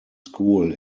school